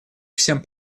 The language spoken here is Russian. всем